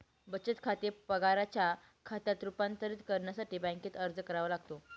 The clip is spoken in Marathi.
बचत खाते पगाराच्या खात्यात रूपांतरित करण्यासाठी बँकेत अर्ज करावा लागतो